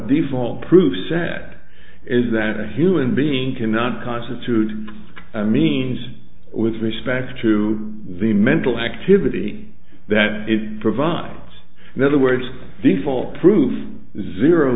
default proof sat is that a human being cannot constitute a means with respect to the mental activity that it provides another words the full proof zero